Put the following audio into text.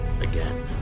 again